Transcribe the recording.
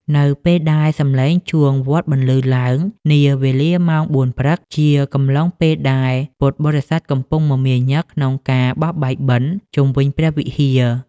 នៅពេលដែលសម្លេងជួងវត្តបន្លឺឡើងនាវេលាម៉ោង ៤ ព្រឹក ជាកំឡុងពេលដែលពុទ្ធបរិស័ទកំពុងមមាញឹកក្នុងការបោះបាយបិណ្ឌជុំវិញព្រះវិហារ។